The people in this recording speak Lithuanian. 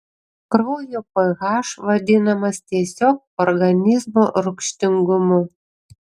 kraujo ph vadinamas tiesiog organizmo rūgštingumu